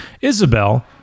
Isabel